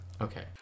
okay